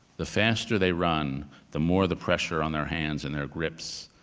the faster they run the more the pressure on their hands and their grips,